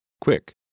Quick